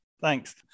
thanks